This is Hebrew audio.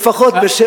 בן-סימון, אתה